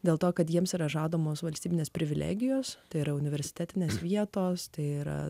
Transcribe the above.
dėl to kad jiems yra žadamos valstybinės privilegijos tai yra universitetinės vietos tai yra